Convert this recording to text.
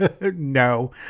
no